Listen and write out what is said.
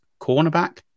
Cornerback